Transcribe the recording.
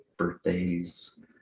Birthdays